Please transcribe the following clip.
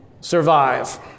survive